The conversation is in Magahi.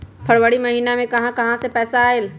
फरवरी महिना मे कहा कहा से पैसा आएल?